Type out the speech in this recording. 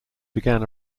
began